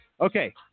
Okay